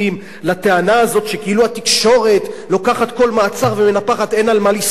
לטענה הזאת שכאילו התקשורת לוקחת כל מעצר ומנפחת אין על מה לסמוך,